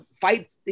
fight